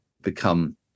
become